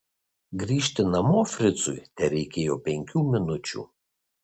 grįžti namo fricui tereikėjo penkių minučių